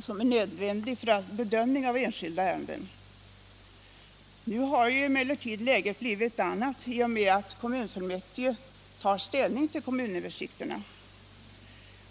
som är nödvändig för en bedömning av ett enskilt ärende. Nu har emellertid läget blivit ett annat i och med att kommunfullmäktige tar ställning till kommunöversikterna.